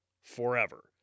forever